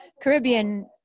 Caribbean